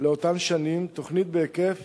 לאותן שנים, תוכנית בהיקף